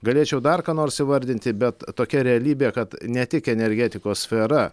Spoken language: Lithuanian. galėčiau dar ką nors įvardinti bet tokia realybė kad ne tik energetikos sfera